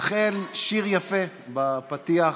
אכן שיר יפה בפתיח,